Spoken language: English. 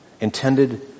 intended